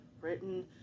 written